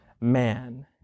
man